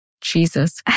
Jesus